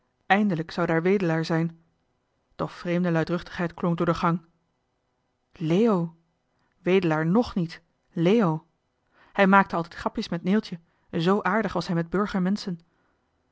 eindelijk zou daar wedelaar zijn doch vreemde luidruchtigheid johan de meester de zonde in het deftige dorp klonk door de gang leo wedelaar ng niet leo hij maakte altijd grapjes met neeltje z aardig was hij met